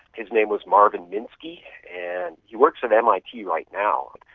his name was marvin minsky and he works at mit right now.